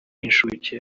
y’inshuke